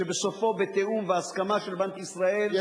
שבסופו בתיאום והסכמה של בנק ישראל,